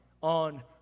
on